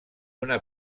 una